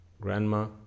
grandma